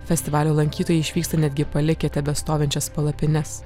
festivalio lankytojai išvyksta netgi palikę tebestovinčias palapines